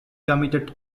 committed